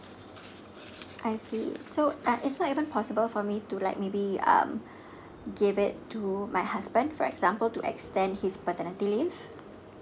I see so uh is not even possible for me to like maybe um give it to my husband for example to extend his paternity leave